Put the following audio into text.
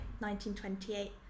1928